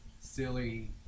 silly